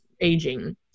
aging